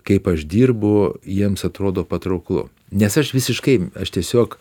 kaip aš dirbu jiems atrodo patrauklu nes aš visiškai aš tiesiog